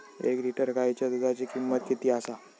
एक लिटर गायीच्या दुधाची किमंत किती आसा?